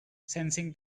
sensing